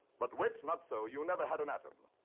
but wit, not so. you never had an atom.